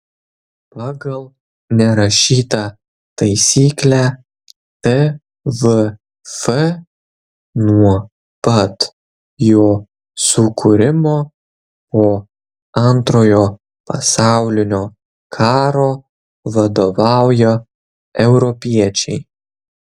pagal nerašytą taisyklę tvf nuo pat jo sukūrimo po antrojo pasaulinio karo vadovauja europiečiai